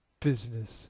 business